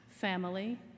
family